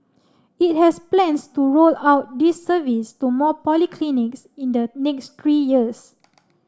it has plans to roll out this service to more polyclinics in the next years